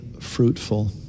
fruitful